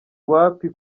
wapi